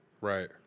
Right